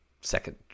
second